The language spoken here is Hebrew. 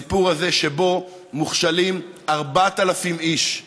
בסיפור הזה, שבו מוכשלים 4,000 איש,